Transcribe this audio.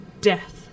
death